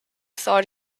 thought